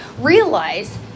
realize